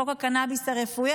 חוק הקנביס הרפואי",